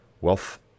wealth